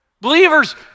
Believers